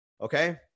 okay